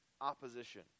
opposition